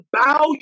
bow